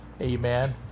amen